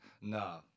No